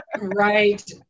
Right